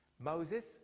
Moses